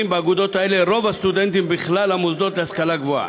באגודות האלה רוב הסטודנטים בכלל המוסדות להשכלה גבוהה.